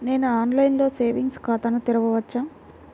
నేను ఆన్లైన్లో సేవింగ్స్ ఖాతాను తెరవవచ్చా?